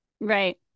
right